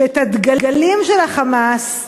שאת הדגלים שלו, של ה"חמאס",